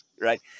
right